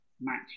match